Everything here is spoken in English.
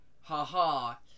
ha-ha